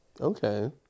Okay